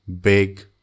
big